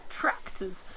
tractors